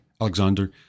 Alexander